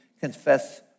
confess